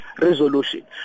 Resolution